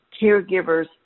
caregivers